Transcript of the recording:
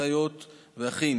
אחיות ואחים,